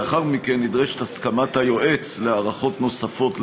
לאחר מכן נדרשת הסכמת היועץ להארכות נוספות,